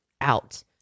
out